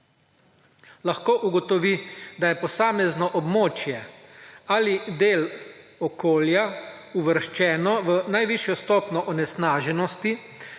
lahko ugotovi, da je posamezno območje ali del okolja uvrščeno v najvišjo stopnjo onesnaženosti